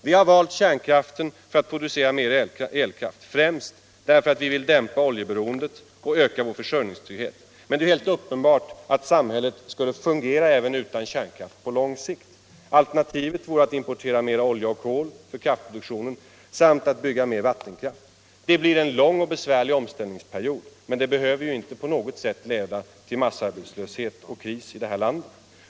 Vi har valt kärnkraften för att producera mer elkraft, främst därför att vi vill dämpa oljeberoendet och öka vår försörjningstrygghet, men det är ju helt uppenbart att samhället på lång sikt skulle fungera även utan kärnkraft. Alternativet vore att importera mera olja och kol för kraftproduktionen samt att bygga ut vattenkraften. Det blir en lång och besvärlig omställningsperiod men det behöver inte på något sätt leda till massarbetslöshet och kris i det här landet.